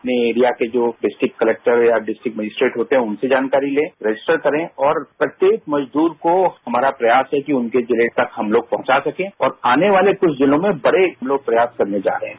अपने एरिया के जो डिस्ट्रिक्टक्लेक्टर या डिस्ट्रिक्ट मजिस्ट्रेट होते हैं उनसे जानकारी लें रजिस्टर करेंऔर प्रत्येक मजदूर को हमारा प्रयास है कि उनके जिले तक हम लोग पहुंचा सके और आने वालेकुछ जिलों में बड़े हम लोग प्रयास करने जा रहे हैं